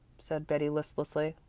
said betty listlessly.